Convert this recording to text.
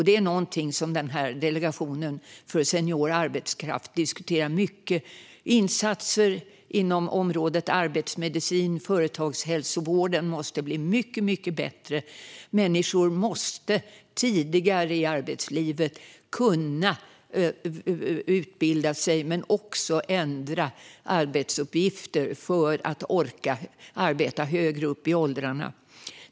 Det är något som Delegationen för senior arbetskraft diskuterar mycket. Det handlar om insatser inom området arbetsmedicin, och företagshälsovården måste bli mycket bättre. Människor måste tidigare i arbetslivet kunna utbilda sig och även ta andra arbetsuppgifter för att orka arbeta högre upp i åldrarna.